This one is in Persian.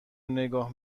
نگاه